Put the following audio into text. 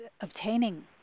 obtaining